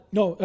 no